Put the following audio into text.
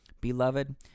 Beloved